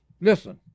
listen